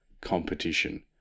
competition